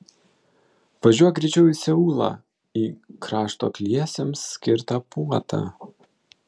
važiuok greičiau į seulą į krašto akliesiems skirtą puotą